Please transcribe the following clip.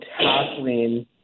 tackling